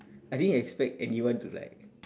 I didn't expect anyone to like